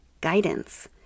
guidance